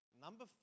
number